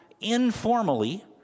informally